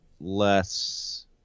less